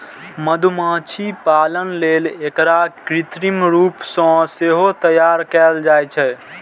मधुमाछी पालन लेल एकरा कृत्रिम रूप सं सेहो तैयार कैल जाइ छै